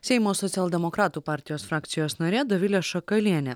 seimo socialdemokratų partijos frakcijos narė dovilė šakalienė